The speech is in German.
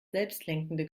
selbstlenkende